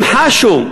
הם חשו,